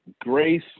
Grace